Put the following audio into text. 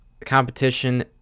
competition